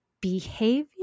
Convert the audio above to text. behavior